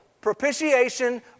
Propitiation